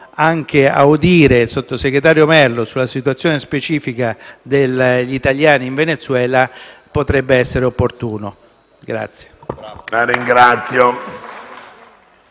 audire quindi il sottosegretario Merlo sulla situazione specifica degli italiani in Venezuela? Potrebbe essere opportuno. *(Applausi